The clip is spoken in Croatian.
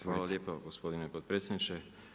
Hvala lijepa gospodine potpredsjedniče.